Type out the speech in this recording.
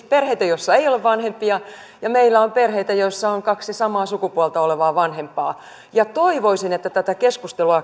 perheitä joissa ei ole vanhempia ja meillä on perheitä joissa on kaksi samaa sukupuolta olevaa vanhempaa ja toivoisin että tätä keskustelua